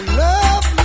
love